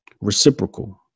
reciprocal